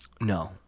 No